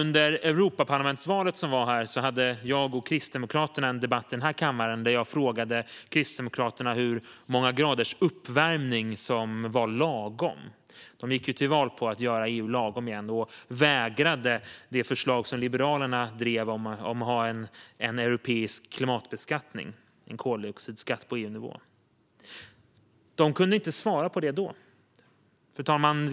Inför Europaparlamentsvalet hade jag och Kristdemokraterna en debatt i denna kammare då jag frågade Kristdemokraterna hur många graders uppvärmning som var lagom. De gick ju till val på att göra EU lagom igen och vägrade ställa sig bakom det förslag som Liberalerna drev om att ha en europeisk klimatbeskattning - en koldioxidskatt på EU-nivå. De kunde inte svara på frågan då, fru talman.